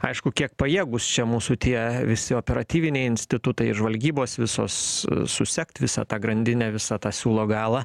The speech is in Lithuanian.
aišku kiek pajėgūs čia mūsų tie visi operatyviniai institutai žvalgybos visos susekt visą tą grandinę visą tą siūlo galą